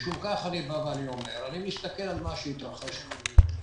אני מסתכל על מה שהתרחש פה.